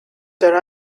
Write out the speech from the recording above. there